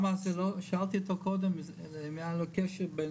שאלתי אותו קודם אם היה לו קשר,